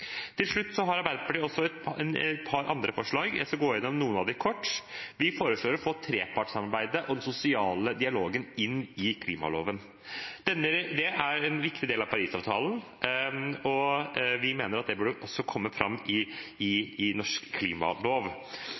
Til slutt har Arbeiderpartiet også et par andre forslag, og jeg skal gå gjennom noen av dem kort. Vi foreslår å få trepartssamarbeidet og den sosiale dialogen inn i klimaloven. Det er en viktig del av Parisavtalen, og vi mener at det også burde komme fram i norsk klimalov.